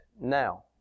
now